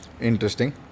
Interesting